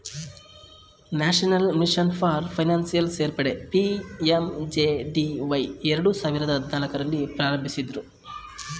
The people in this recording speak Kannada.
ನ್ಯಾಷನಲ್ ಮಿಷನ್ ಫಾರ್ ಫೈನಾನ್ಷಿಯಲ್ ಸೇರ್ಪಡೆ ಪಿ.ಎಂ.ಜೆ.ಡಿ.ವೈ ಎರಡು ಸಾವಿರದ ಹದಿನಾಲ್ಕು ರಲ್ಲಿ ಪ್ರಾರಂಭಿಸಿದ್ದ್ರು